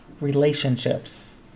relationships